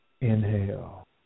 inhale